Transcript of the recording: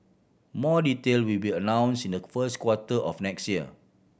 more detail will be announce in the first quarter of next year